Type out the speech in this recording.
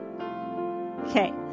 Okay